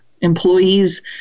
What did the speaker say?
employees